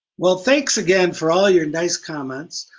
well thanks again for all your nice comments.